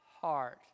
heart